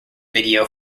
video